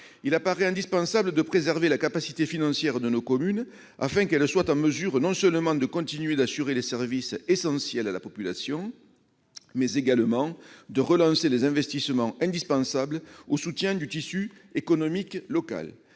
il apparaît indispensable de préserver la capacité financière de nos communes, afin qu'elles soient en mesure non seulement de continuer d'assurer les services essentiels à la population, mais également de relancer les investissements indispensables au soutien au tissu économique local.